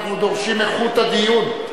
אנחנו דורשים איכות הדיון.